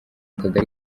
kagari